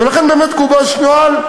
ולכן באמת גובש נוהל,